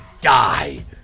die